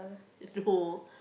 no